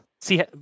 See